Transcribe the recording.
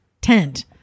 tent